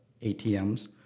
ATMs